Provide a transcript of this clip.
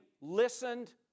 listened